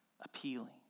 appealing